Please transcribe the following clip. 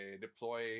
deploy